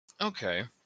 Okay